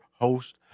host